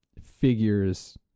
figures